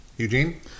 Eugene